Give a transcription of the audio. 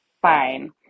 fine